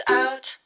out